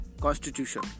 Constitution